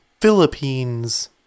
Philippines